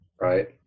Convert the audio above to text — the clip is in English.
right